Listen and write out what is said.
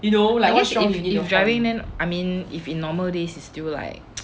at least if driving then I mean if in normal days is still like